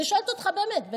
אני שואלת אותך באמת.